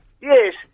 Yes